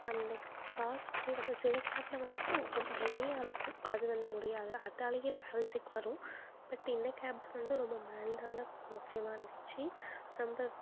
அந்த car spray வந்து சில கேபில் வந்து ரொம்ப ஹெவியாகருக்கும் அது வந்து முடியாது அதாலையே டிராவல் சிக் வரும் பட் இந்த கேபில் வந்து ரொம்ப மைல்டான பெர்ஃப்யூமாக இருந்துச்சு ரொம்ப